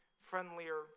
friendlier